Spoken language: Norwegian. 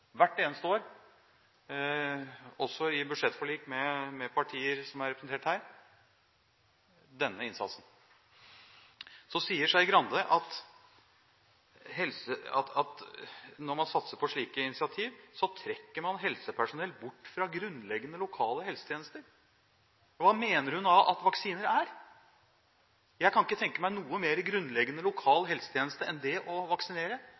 hvert eneste år, også i budsjettforlik med partier som er representert her – denne innsatsen. Så sier Skei Grande at når man satser på slike initiativ, trekker man helsepersonell bort fra grunnleggende, lokale helsetjenester. Hva mener hun da at vaksiner er? Jeg kan ikke tenke meg en mer grunnleggende, lokal helsetjeneste enn det å vaksinere.